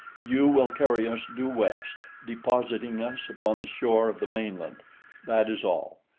you will carry us due west, depositing us upon the shore of the mainland that is all.